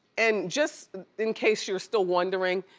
and just in case you're still wondering,